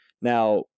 Now